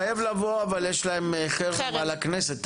הוא התחייב לבוא אבל יש להם חרם על הכנסת,